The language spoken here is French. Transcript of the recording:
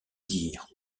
dire